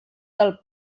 del